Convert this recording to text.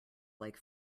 like